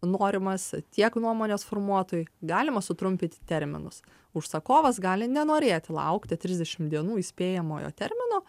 norimas tiek nuomonės formuotojui galima sutrumpyti terminus užsakovas gali nenorėti laukti trisdešimt dienų įspėjamojo termino